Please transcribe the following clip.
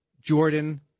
Jordan